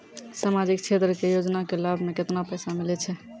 समाजिक क्षेत्र के योजना के लाभ मे केतना पैसा मिलै छै?